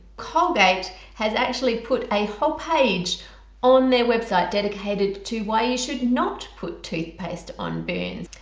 colgate has actually put a whole page on their website dedicated to why you should not put toothpaste on burns!